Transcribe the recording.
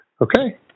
Okay